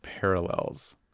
parallels